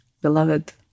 Beloved